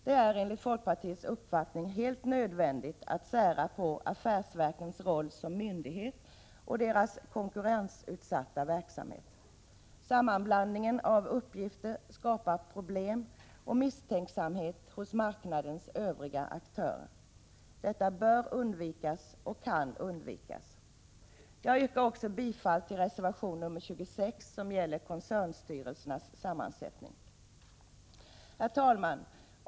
Det är enligt folkpartiets uppfattning helt nödvändigt att skilja på affärsverkens roll som myndigheter och deras konkurrensutsatta verksamhet. Sammanblandningen av uppgifter medför problem och skapar misstänksamhet hos marknadens övriga aktörer. Detta bör, och kan, undvikas. Jag yrkar även bifall till reservation 26, som gäller koncernstyrelsernas sammansättning. Herr talman!